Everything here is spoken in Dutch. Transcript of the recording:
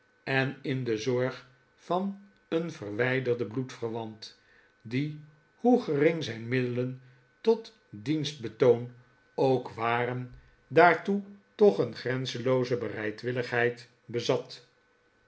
en in de zorg van een verwijderden bloedverwant die hoe gering zijn middelen tot dienstbetoon ook waren daartoe toch een grenzenlooze bereidwilligheid bezat